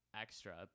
extra